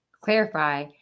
clarify